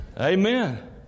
Amen